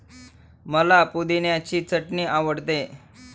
मला पुदिन्याची चटणी आवडते